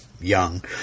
young